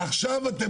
עכשיו אתם